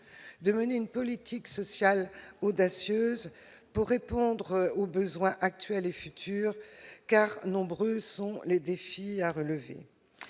de mener une politique sociale audacieuse pour répondre aux besoins actuels et futurs, car nombreux sont les défis à relever.